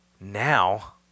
now